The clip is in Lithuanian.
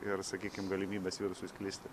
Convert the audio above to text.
ir sakykim galimybės virusui sklisti